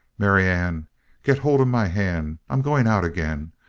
marianne get hold of my hand i'm going out again.